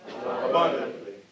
abundantly